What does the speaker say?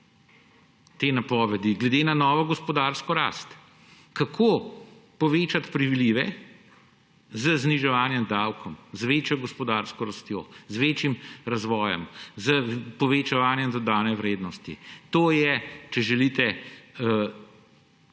te napovedi glede na novo gospodarsko rast. Kako povečati prilive? Z zniževanjem davkov, z večjo gospodarsko rastjo, z večjim razvojem, s povečevanjem dodane vrednosti. To je, če želite, tista